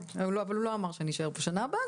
אבל עדיין הוא לא אמר שאני אשאר פה גם שנה הבאה,